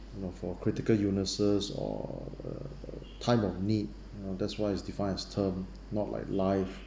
you know for critical illnesses or uh time of need um that's why it's defined as term not like life